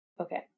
Okay